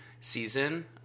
season